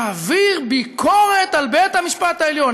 להעביר ביקורת על בית-המשפט העליון.